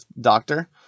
Doctor